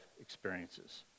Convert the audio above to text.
experiences